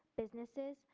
businesses,